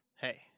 Hey